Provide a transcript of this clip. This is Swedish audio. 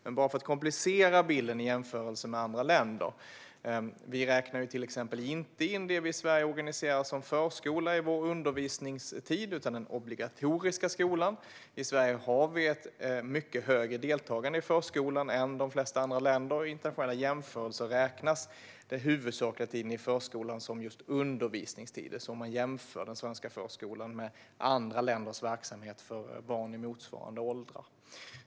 Men för att komplicera bilden i jämförelse med andra länder vill jag säga att vi inte räknar in till exempel det vi i Sverige organiserar som förskola i vår undervisningstid utan bara den obligatoriska skolan. Sverige har ett mycket högre deltagande i förskolan än de flesta andra länder, och i internationella jämförelser räknas den huvudsakliga tiden i förskolan som just undervisningstid. Det är så man jämför den svenska förskolan med andra länders verksamhet för barn i motsvarande åldrar.